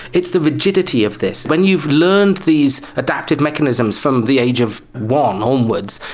it's the rigidity of this. when you've learned these adapted mechanisms from the age of one onwards,